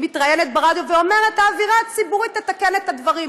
מתראיינת ברדיו ואומרת: האווירה הציבורית תתקן את הדברים,